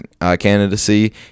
candidacy